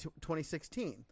2016